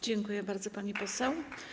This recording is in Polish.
Dziękuję bardzo, pani poseł.